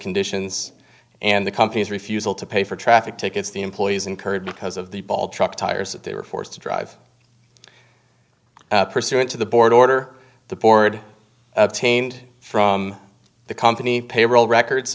conditions and the company's refusal to pay for traffic tickets the employees incurred because of the bald truck tires that they were forced to drive pursuant to the board order the board from the company payroll records